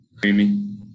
Creamy